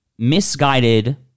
misguided